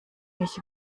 mich